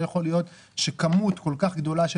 לא יכול להיות שכמות כל כך גדולה של